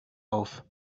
auf